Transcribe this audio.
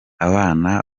abana